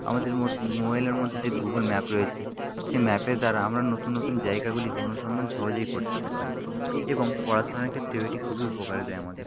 আমাদের মোবাইলের মধ্যে যে গুগল ম্যাপ রয়েছে সে ম্যাপের দ্বারা আমরা নতুন নতুন জায়গাগুলিকে অনুসন্ধান সহজেই করতে পারি এবং পড়াশোনার ক্ষেত্রেও এটি খুবই উপকারে দেয় আমাদের